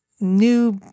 new